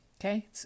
Okay